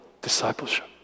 discipleship